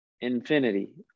infinity